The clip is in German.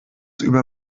über